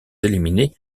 éliminés